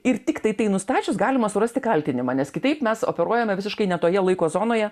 ir tiktai tai nustačius galima surasti kaltinimą nes kitaip mes operuojame visiškai ne toje laiko zonoje